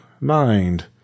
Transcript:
Mind